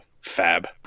fab